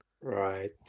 Right